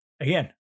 Again